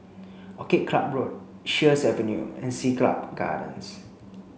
Orchid Club Road Sheares Avenue and Siglap Gardens